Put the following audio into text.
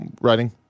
writing